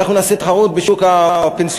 אנחנו נעשה תחרות בשוק הפנסיוני.